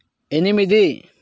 ఎనిమిది